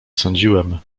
sądziłem